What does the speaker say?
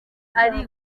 ari